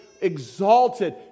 exalted